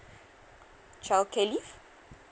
child care leave